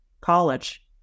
college